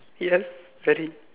yes very